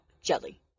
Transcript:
jelly